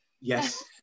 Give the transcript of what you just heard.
Yes